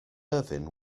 irvine